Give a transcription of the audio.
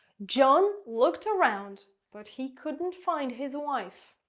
john looked around but he couldn't find his wife